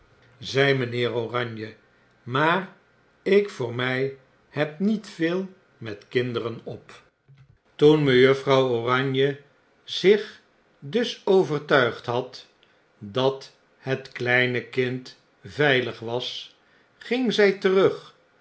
zei mgnheer oranje maar ik voor my heb niet veel met kinderen op toen mejuffrouw oranje zich dus overtuigd had dat het kleine kind veilig was ging zg terug